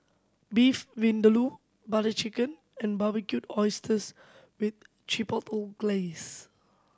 Beef Vindaloo Butter Chicken and Barbecued Oysters with Chipotle Glaze